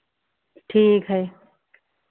ठीक है